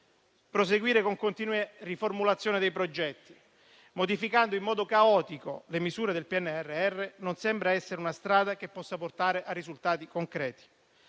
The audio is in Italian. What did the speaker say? proseguire con continue riformulazioni dei progetti, modificando in modo caotico le misure del PNRR, non sembra essere una strada che possa portare a risultati concreti.